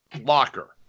locker